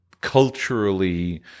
culturally –